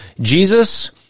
Jesus